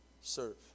serve